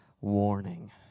warning